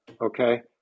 okay